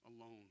alone